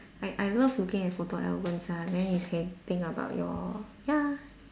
I I love looking at photo albums ah then you can think about your ya